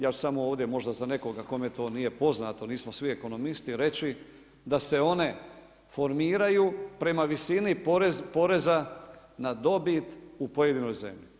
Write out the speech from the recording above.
Ja ću samo ovdje možda za nekoga kome to nije poznato, nismo svi ekonomisti reći da se one formiraju prema visini poreza na dobit u pojedinoj zemlji.